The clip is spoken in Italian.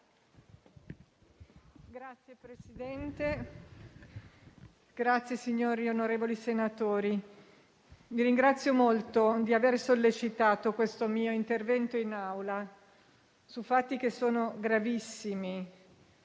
Signor Presidente, onorevoli senatori, vi ringrazio molto di aver sollecitato questo mio intervento in Assemblea su fatti che sono gravissimi.